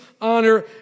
honor